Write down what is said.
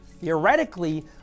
theoretically